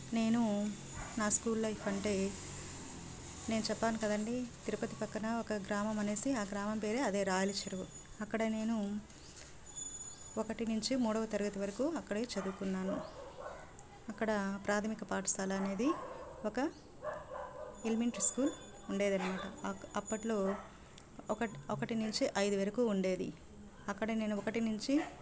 నేను నా school life అంటే నేను చెప్పాను కదండీ తిరుపతి పక్కన ఒక గ్రామం అనేసి ఆ గ్రామం పేరు అదే రాయల చెరువు అక్కడ నేను ఒకటి నుంచి మూడవ తరగతి వరకు అక్కడే చదువుకున్నాను అక్కడ ప్రాథమిక పాఠశాల అనేది ఒక ఎలిమెంటరీ స్కూల్ ఉండేదన్నమాట అప్పట్లో ఒకటి ఒకటి నుంచి ఐదు వరకు ఉండేది అక్కడ నేను ఒకటి నుంచి